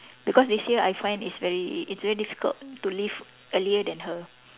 because this year I find it's very it's very difficult to leave earlier than her